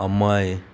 Amay